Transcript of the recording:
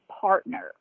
partner